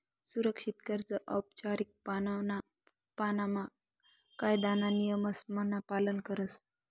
सुरक्षित कर्ज औपचारीक पाणामा कायदाना नियमसन पालन करस